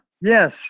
Yes